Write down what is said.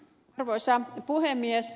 arvoisa puhemies